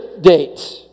date